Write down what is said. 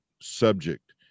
subject